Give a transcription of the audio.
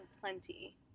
plenty